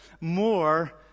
more